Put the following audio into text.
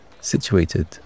Situated